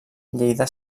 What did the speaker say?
lleida